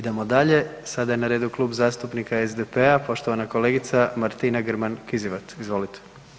Idemo dalje, sada je na redu Klub zastupnika SDP-a, poštovan kolegica Martina Grman Kizivat, izvolite.